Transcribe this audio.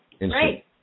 right